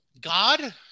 God